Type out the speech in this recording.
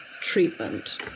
treatment